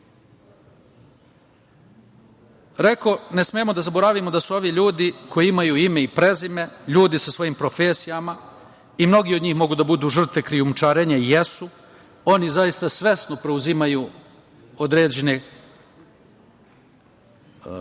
ne smemo da zaboravimo da su ovi ljudi koji imaju ime i prezime, ljudi sa svojim profesijama i mnogi od njih mogu da budu žrtve krijumčarenja i jesu. Oni zaista svesno preuzimaju određene,